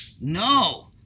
No